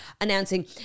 announcing